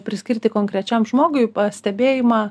priskirti konkrečiam žmogui pastebėjimą